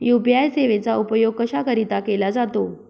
UPI सेवेचा उपयोग कशाकरीता केला जातो?